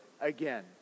again